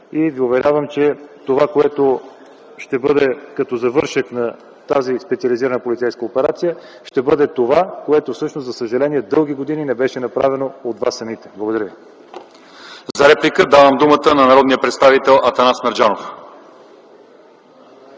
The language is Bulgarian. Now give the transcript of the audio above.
и ви уверявам, че това, което ще бъде като завършек на тази специализирана полицейска операция, ще бъде това, което всъщност за съжаление дълги години не беше направено от вас самите. Благодаря ви. ПРЕДСЕДАТЕЛ ЛЪЧЕЗАР ИВАНОВ: За реплика давам думата на народния представител Атанас Мерджанов.